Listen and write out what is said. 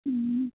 ହୁଁ